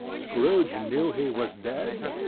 scrooge knew he was dead?